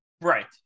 right